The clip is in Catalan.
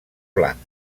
blanc